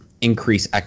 increase